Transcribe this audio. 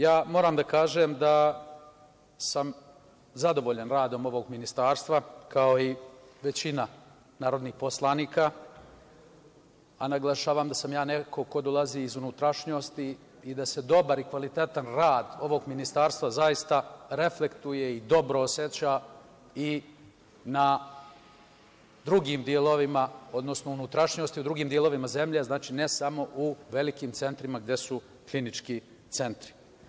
Ja moram da kažem da sam zadovoljan radom ovog Ministarstva, kao i većina narodnih poslanika, a naglašavam da sam ja neko ko dolazi iz unutrašnjosti i da se dobar i kvalitetan rad ovog Ministarstva, zaista reflektuje i dobro oseća i na drugim delovima, odnosno unutrašnjosti i drugim delovima zemlje, znači, ne samo u velikim centrima gde su klinički centri.